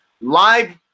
live